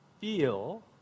feel